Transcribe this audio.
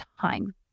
time